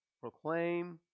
proclaim